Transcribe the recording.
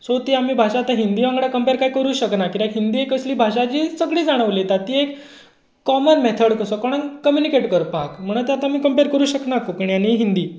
so ती आमी भाशा आतां हिंदी वांगडा कम्पेर काय करूंक शकनात कित्याक हिंदी ही असली भाशा जी सगळीं जाणां उलयतात ती एक कॉमन मॅथड असो कोणाक कम्युनिकेट करपाक म्हणून तो आमी कम्पेर करूंक शकनात कोंकणी आनी हिंदी